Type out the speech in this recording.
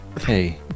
hey